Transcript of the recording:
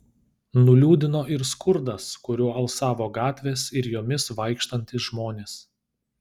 nuliūdino ir skurdas kuriuo alsavo gatvės ir jomis vaikštantys žmonės